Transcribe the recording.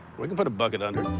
we can put a bucket under